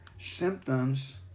symptoms